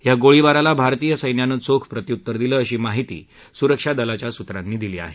या गोळीबाराला भारतीय सैन्यानं चोख प्रत्युत्तर दिलं अशी माहिती सुरक्षा दलाच्या सूत्रांनी दिली आहे